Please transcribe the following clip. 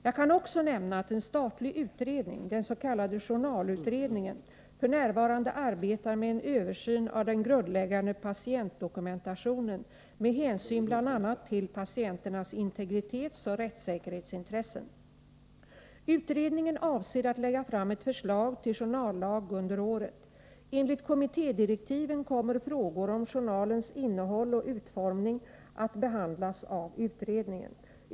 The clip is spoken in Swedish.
Jag kan också nämna att en statlig utredning — dens.k. journalutredningen — f.n. arbetar med en översyn av den grundläggande patientdokumentationen med hänsyn bl.a. till patienternas integritetsoch rättssäkerhetsintressen. Utredningen avser att lägga fram ett förslag till journallag under året. Enligt kommittédirektiven kommer frågor om journalens innehåll och utformning att behandlas av utredningen.